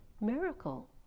miracle